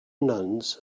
nuns